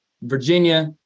Virginia